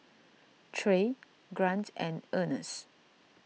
Trey Grant and Earnest